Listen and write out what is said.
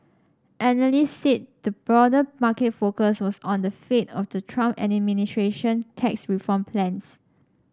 analysts said the broader market focus was on the fate of the Trump administration tax reform plans